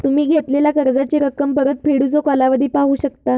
तुम्ही घेतलेला कर्जाची रक्कम, परतफेडीचो कालावधी पाहू शकता